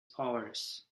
powers